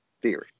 theory